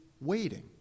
waiting